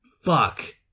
Fuck